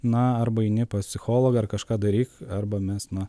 na arba eini pas psichologą ar kažką daryk arba mes na